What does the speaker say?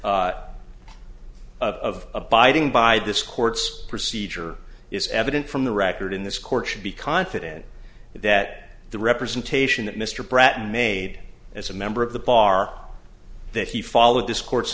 regularity of abiding by this court's procedure is evident from the record in this court should be confident that the representation that mr bratt made as a member of the bar that he followed this cour